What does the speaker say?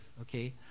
okay